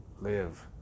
live